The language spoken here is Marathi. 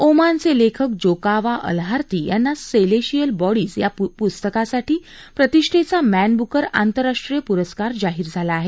ओमानच्या लेखिका जोकाहा अलहार्थी यांना सेलेशिअल बॉडीज पुस्तकासाठी प्रतिष्ठेचा मॅन बुकर आंतरराष्ट्रीय पुरस्कार जाहीर झाला आहे